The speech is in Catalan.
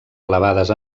elevades